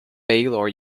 baylor